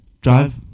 drive